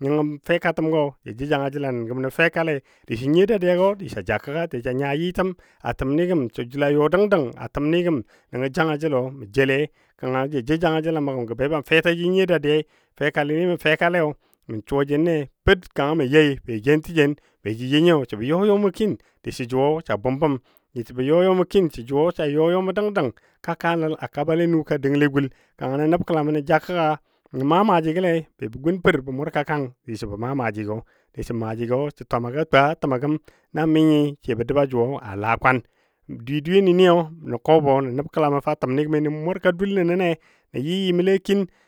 nəngɔ fekatəmgɔ ja jou janga jəl a nən gəm mə fɛkalei diso nyiyo dadiyago diso ja kəgga diso nya yɨtəm ni gəm sə jəla yɔ dəng dəng a təmni gəm. Nəngo janga jəlo mə joule kanga ja jou janga jəl mə gəm gən be ban feta ji nyiyo dadiya, fɛkali ni mə fekale mə suwa jeni per kanga mə yɔi be jen təjen be jə nyo sə bɔ yɔ yɔ kin disə jʊ sa bʊm bəm, diso bə yɔ yɔ mo kin sə jʊ a yɔ yɔmo a you dəng dəng ka kaanəl ya ka ba le nu ka dəngle gul kanga nəb kəlamə nə ja kəgga nə maa maajigole be gun Per bə mʊrka kang disəbɔ maa maaji gə disɔ maaji gɔ sə twama gɔ a tuu a təm gəm na mi nyi bə dəba jʊ a lakwan, dweyeni ni nə kɔbɔ nə nəbkelamɔ fa təmni nə murka dul nənɔ le nə yɨ yɨmle kin